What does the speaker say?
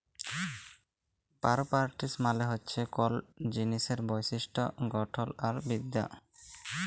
properties মালে হছে কল জিলিসের বৈশিষ্ট গঠল আর বিদ্যা